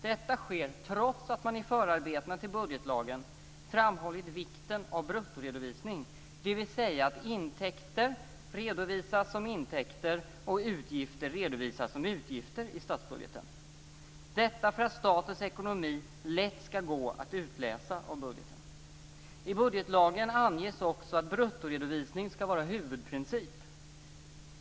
Detta sker trots att man i förarbetena till budgetlagen har framhållit vikten av bruttoredovisning, dvs. att intäkter redovisas som intäkter och att utgifter redovisas som utgifter i statsbudgeten, detta för att statens ekonomi lätt ska gå att utläsa av budgeten. I budgetlagen anges också att bruttoredovisning ska vara huvudprincip.